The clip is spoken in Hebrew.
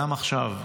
גם עכשיו,